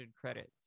credits